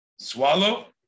Swallow